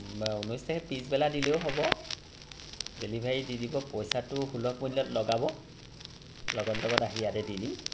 ঊনৈছ তাৰিখে পিছবেলা দিলেও হ'ব ডেলিভাৰী দি দিব পইচাটো সুলভ মূল্যত লগাব লগত লগত আহি ইয়াতে দি দিম